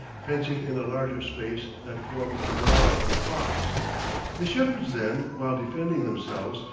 fencing in a larger space that formed a corral for the flocks the shepherds then, while defending themselves,